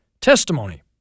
testimony